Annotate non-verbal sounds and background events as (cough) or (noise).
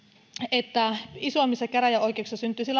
että isommissa käräjäoikeuksissa syntyisi (unintelligible)